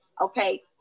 okay